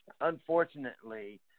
unfortunately